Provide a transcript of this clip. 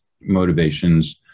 motivations